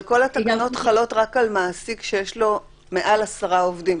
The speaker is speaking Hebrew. אבל כל התקנות חלות רק על מעסיק שיש לו מעל עשרה עובדים.